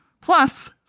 Plus